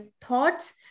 Thoughts